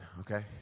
okay